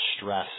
stress